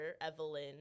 Evelyn